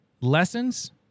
lessons